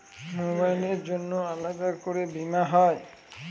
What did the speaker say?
মোবাইলের জন্য আলাদা করে বীমা হয়?